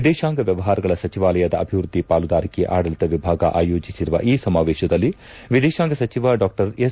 ವಿದೇಶಾಂಗ ವ್ನವಹಾರಗಳ ಸಚಿವಾಲಯದ ಅಭಿವೃದ್ದಿ ಪಾಲುದಾರಿಕೆ ಆಡಳಿತ ವಿಭಾಗ ಆಯೋಜಿಸಿರುವ ಈ ಸಮಾವೇಶದಲ್ಲಿ ವಿದೇಶಾಂಗ ಸಚಿವ ಡಾ ಎಸ್